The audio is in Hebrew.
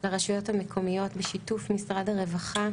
לרשויות המקומיות בשיתוף משרד הרווחה,